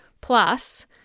plus